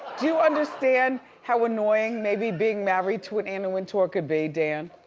do you understand how annoying maybe being married to an anna wintour could be dan?